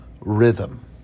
rhythm